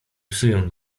psuję